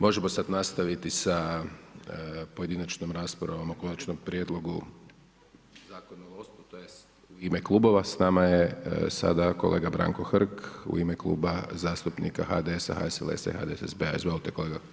Možemo sad nastaviti sa pojedinačnom raspravom o Konačnom prijedlogu Zakona o ... u ime Klubova, s nama je sada kolega Branko Hrg u ime Kluba zastupnika HDS-a, HSLS-a i HDSSB-a, izvolite kolega.